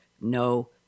no